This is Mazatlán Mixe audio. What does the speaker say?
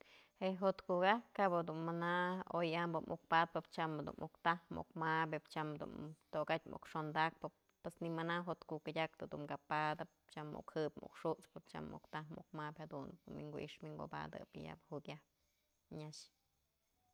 Je jotkukatë kap jedun mana oy ambë muk patpëp tyam dun muk taj muk mabyë tyam dun tokatyë muk xondakpët y nëmana jotku kyëdaktë muk padëp tyam muk jëbyë muk xut'spë, tyam muk taj muk mabyë jadun dun wi'inkuix wi'inkubadëp yë yabë jukyajtë nyax.